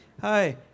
Hi